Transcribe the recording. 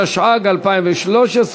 התשע"ג 2013,